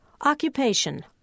Occupation